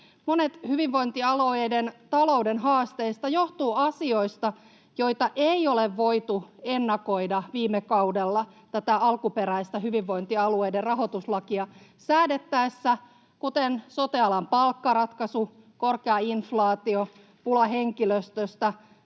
Monet hyvinvointialueiden talouden haasteista johtuvat asioista, joita ei ole voitu ennakoida viime kaudella tätä alkuperäistä hyvinvointialueiden rahoituslakia säädettäessä, kuten sote-alan palkkaratkaisu, korkea inflaatio ja pula henkilöstöstä.